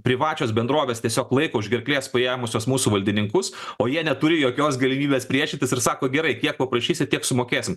privačios bendrovės tiesiog laiko už gerklės paėmusios mūsų valdininkus o jie neturi jokios galimybės priešintis ir sako gerai kiek paprašysi tiek sumokėsim